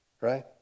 right